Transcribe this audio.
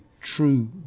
true